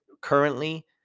currently